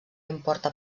importa